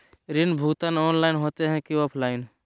ऋण भुगतान ऑनलाइन होते की ऑफलाइन?